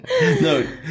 No